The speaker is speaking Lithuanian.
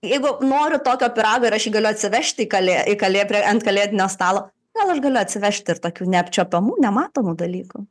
jeigu noriu tokio pyrago ir aš jį galiu atsivežti į kalė į kalė prie ant kalėdinio stalo gal aš galiu atsivežti ir tokių neapčiuopiamų nematomų dalykų